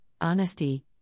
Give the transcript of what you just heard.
honesty